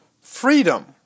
freedom